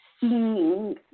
seeing